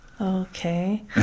Okay